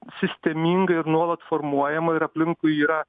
sistemingai ir nuolat formuojama ir aplinkui yra